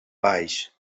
baix